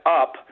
up